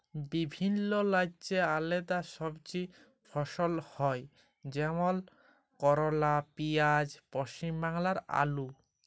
বিভিল্য রাজ্যে আলেদা সবজি ফসল হ্যয় যেমল করলা, পিয়াঁজ, পশ্চিম বাংলায় আলু